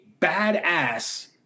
badass